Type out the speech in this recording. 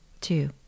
Two